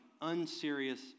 unserious